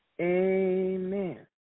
Amen